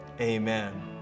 Amen